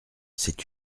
c’est